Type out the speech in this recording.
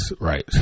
right